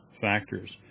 factors